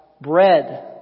bread